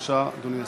בבקשה, אדוני השר.